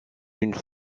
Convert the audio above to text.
une